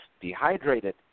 dehydrated